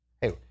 Hey